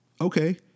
Okay